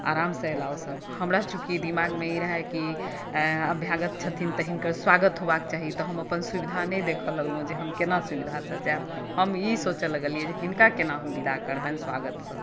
आरामसँ एलाह ओ सब हमरा चुकि दिमागमे ई रहय कि अभ्यागत छथिन तऽ हिनकर स्वागत होयबाक चाही तऽ हम अपन सुविधा नहि देखऽ लगलहुॅं जे हम केना सुविधासँ जायब हम ई सोचऽ लगलियै जे हिनका केना हम विदा करबनि स्वागतसँ